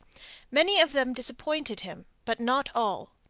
many of them disappointed him, but not all.